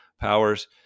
powers